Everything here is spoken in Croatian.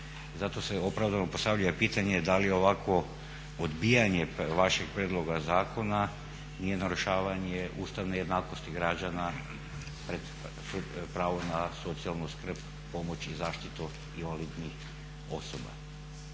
Zato se opravdano postavlja pitanje da li ovakvo odbijanje vašeg prijedloga zakona nije narušavanje ustavne jednakosti građana na pravo na socijalnu skrb, pomoć i zaštitu invalidnih osoba.